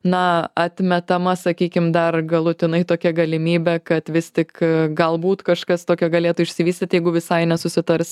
na atmetama sakykim dar galutinai tokia galimybė kad vis tik galbūt kažkas tokio galėtų išsivystyt jeigu visai nesusitars